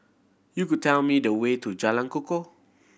you could tell me the way to Jalan Kukoh